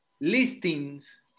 listings